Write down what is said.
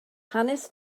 hanes